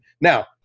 now